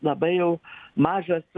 labai jau mažas